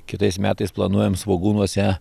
kitais metais planuojam svogūnuose